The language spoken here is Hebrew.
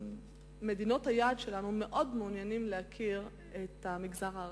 מדינות היעד שלנו מאוד מעוניינות להכיר את המגזר הערבי,